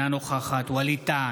אינה נוכחת ווליד טאהא,